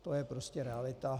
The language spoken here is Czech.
To je prostě realita.